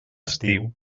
estiu